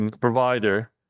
provider